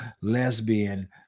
lesbian